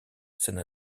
scène